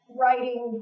writing